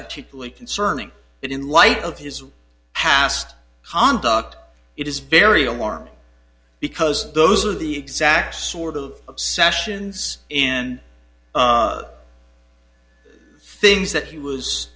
particularly concerning it in light of his hast conduct it is very alarming because those are the exact sort of obsessions and things that he was